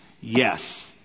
yes